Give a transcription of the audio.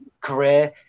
career